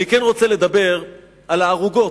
אני כן רוצה לדבר על הערוגות,